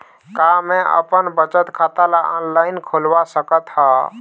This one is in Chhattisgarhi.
का मैं अपन बचत खाता ला ऑनलाइन खोलवा सकत ह?